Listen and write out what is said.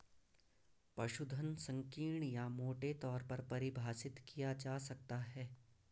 पशुधन संकीर्ण या मोटे तौर पर परिभाषित किया जा सकता है